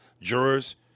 jurors